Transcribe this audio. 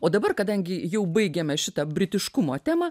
o dabar kadangi jau baigiame šitą britiškumo temą